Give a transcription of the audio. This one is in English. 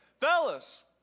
fellas